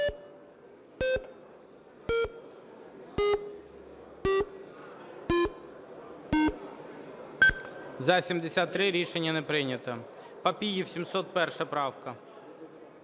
За-73 Рішення не прийнято. Папієв, 701 правка.